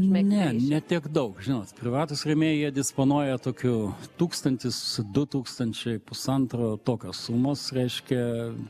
ne ne tiek daug žinot privatūs rėmėjai jie disponuoja tokiu tūkstantis du tūkstančiai pusantro tokios sumos reiškia